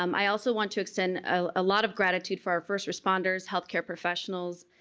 um i also want to extend a lot of gratitude for our first responders, health care professionals,